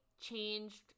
changed